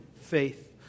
faith